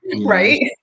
right